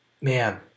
Man